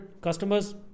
customers